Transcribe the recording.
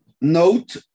note